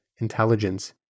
intelligence